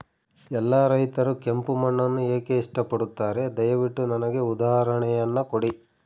ಎಲ್ಲಾ ರೈತರು ಕೆಂಪು ಮಣ್ಣನ್ನು ಏಕೆ ಇಷ್ಟಪಡುತ್ತಾರೆ ದಯವಿಟ್ಟು ನನಗೆ ಉದಾಹರಣೆಯನ್ನ ಕೊಡಿ?